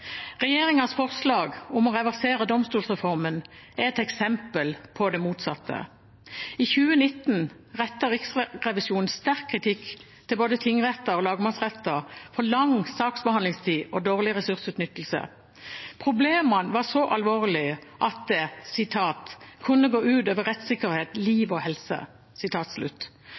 forslag om å reversere domstolsreformen er et eksempel på det motsatte. I 2019 rettet Riksrevisjonen sterk kritikk til både tingretter og lagmannsretter for lang saksbehandlingstid og dårlig ressursutnyttelse. Problemene var så alvorlige at det kunne «gå ut over rettssikkerhet, liv og helse».